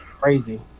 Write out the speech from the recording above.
Crazy